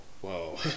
Whoa